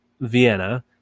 Vienna